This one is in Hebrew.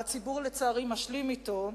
והציבור לצערי משלים אתו,